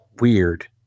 weird